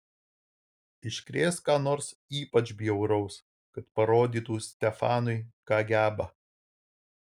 iškrės ką nors ypač bjauraus kad parodytų stefanui ką geba